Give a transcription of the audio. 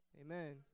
Amen